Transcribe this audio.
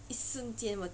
一瞬间